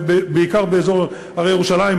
בעיקר באזור הרי ירושלים,